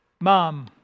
Mom